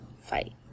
fight